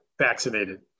vaccinated